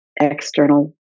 external